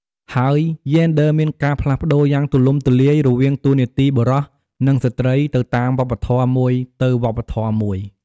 ហើយយេនឌ័រមានការផ្លាស់ប្តូរយ៉ាងទូលំទូលាយរវាងតួនាទីបុរស និងស្រ្តីទៅតាមវប្បធម៌មួយទៅវប្បធម៌មួយ ។